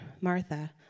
Martha